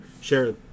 share